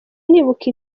nibuka